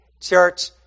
church